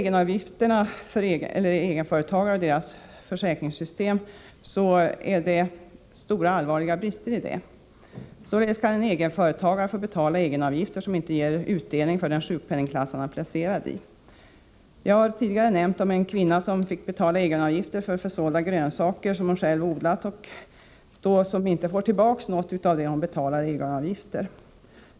I egenföretagarnas försäkringssystem finns det allvarliga brister. Således kan en egenföretagare få betala egenavgifter som inte ger utdelning för den sjukpenningklass han är placerad i. Jag har tidigare nämnt en kvinna som fick betala egenavgifter för försålda grönsaker som hon själv odlat men som inte får tillbaka något av det hon betalat i egenavgifter.